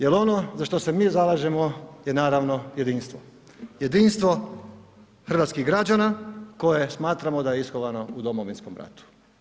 Jer ono za što se mi zalažemo je naravno, jedinstvo, jedinstvo hrvatskih građana koje smatramo da ishodovano u Domovinskom ratu.